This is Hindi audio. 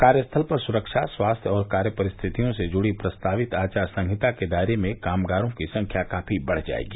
कार्यस्थल पर सुरक्षा स्वास्थ्य और कार्य परिस्थितियों से जुड़ी प्रस्तावित आचार संहिता के दायरे में कामगारों की संख्या काफी बढ़ जाएगी